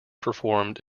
performed